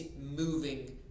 moving